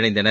இணைந்தனர்